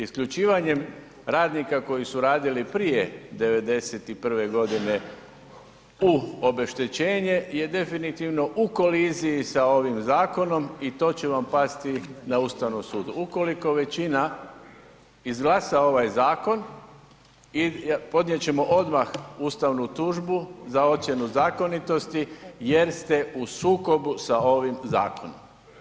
Isključivanjem radnika koji su radili prije '91. godine u obeštećenje je definitivno u koliziji sa ovim zakonom i to će vam pasti na Ustavnom sudu ukoliko većina izglasa ovaj zakon i podnijet ćemo odmah ustavnu tužbu za ocjenu zakonitosti jer ste u sukobu sa ovim zakonom.